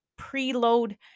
preload